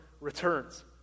returns